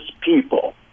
people